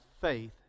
faith